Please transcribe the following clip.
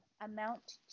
amount